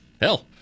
hell